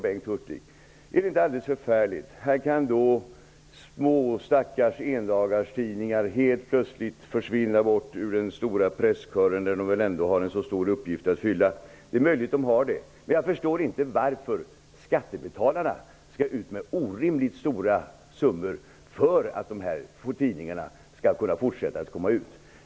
Men är det inte alldeles förfärligt, frågade Bengt Hurtig, att små stackars endagarstidningar helt plötsligt försvinner bort ur den stora presskören, där de väl ändå har en så stor uppgift att fylla? Det är möjligt att de har det, men jag förstår inte varför skattebetalarna skall betala orimligt stora summor för att dessa tidningar skall kunna fortsätta att komma ut.